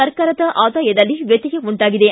ಸರ್ಕಾರದ ಆದಾಯದಲ್ಲಿ ವ್ಯತ್ಯಯ ಉಂಟಾಗಿದೆ